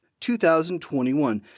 2021